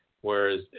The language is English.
whereas